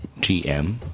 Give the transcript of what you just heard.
gm